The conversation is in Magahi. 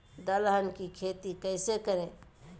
दलहन की खेती कैसे करें?